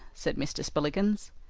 said mr. spillikins.